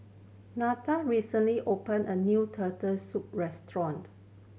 Nelda recently open a new Turtle Soup restaurant